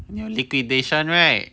liquidation right